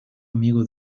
amigo